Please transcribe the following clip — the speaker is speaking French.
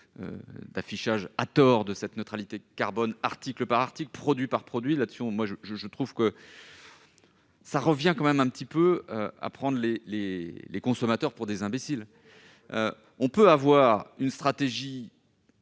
l'affichage, à tort, de cette neutralité carbone article par article, produit par produit. Je trouve que cela revient quand même un peu à prendre les consommateurs pour des imbéciles. Une entreprise peut avoir une stratégie